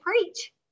preach